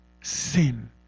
Sin